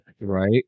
right